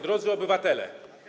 Drodzy Obywatele!